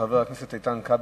חבר הכנסת איתן כבל,